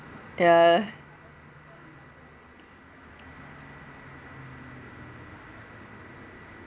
ya